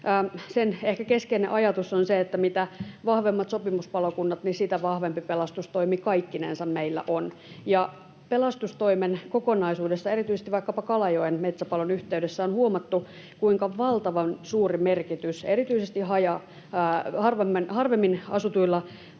Sen ehkä keskeinen ajatus on se, että mitä vahvemmat sopimuspalokunnat, sitä vahvempi pelastustoimi kaikkinensa meillä on. Pelastustoimen kokonaisuudessa erityisesti vaikkapa Kalajoen metsäpalon yhteydessä on huomattu, kuinka valtavan suuri merkitys erityisesti harvemmin asutuilla